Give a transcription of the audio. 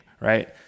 right